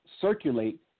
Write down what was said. circulate